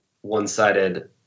one-sided